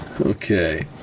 okay